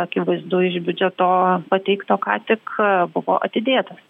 akivaizdu iš biudžeto pateikto ką tik buvo atidėtas